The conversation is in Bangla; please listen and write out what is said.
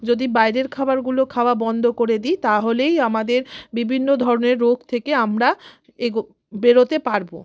যদি বাইরের খাবারগুলো খাওয়া বন্ধ করে দিই তাহলেই আমাদের বিভিন্ন ধরনের রোগ থেকে আমরা বেরোতে পারব